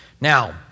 Now